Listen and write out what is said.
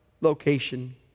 location